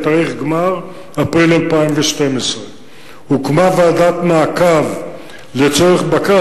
תאריך גמר: אפריל 2012. הוקמה ועדת מעקב לצורך בקרה